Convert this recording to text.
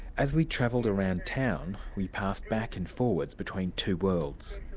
as we travelled around town, we passed back and forwards between two worlds.